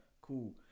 cool